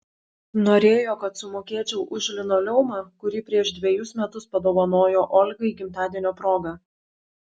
norėjo kad sumokėčiau už linoleumą kurį prieš dvejus metus padovanojo olgai gimtadienio proga